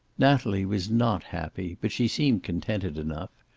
natalie was not happy, but she seemed contented enough.